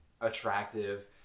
attractive